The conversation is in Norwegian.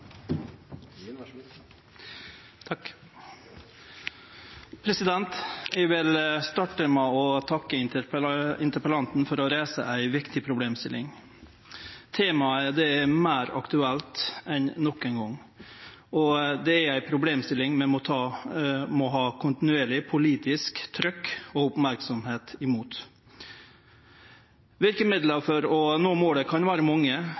veien. Eg vil starte med å takke interpellanten for å reise ei viktig problemstilling. Temaet er meir aktuelt enn nokon gong, og det er ei problemstilling vi må ha kontinuerleg politisk trykk og merksemd mot. Verkemidla for å nå målet kan vere mange,